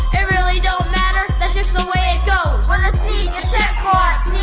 it really don't matter, that's just the way it goes! we're the sneak attack squad